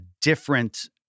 different